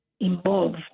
involved